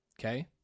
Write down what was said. Okay